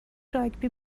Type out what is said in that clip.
راگبی